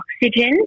oxygen